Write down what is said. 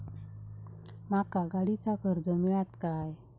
माका गाडीचा कर्ज मिळात काय?